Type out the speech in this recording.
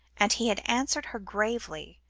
and he had answered her gravely,